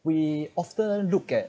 we often look at